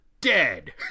dead